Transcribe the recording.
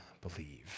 believe